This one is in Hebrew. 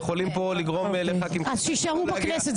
יכולים לגרום פה לחברי הכנסת --- שיישארו בכנסת,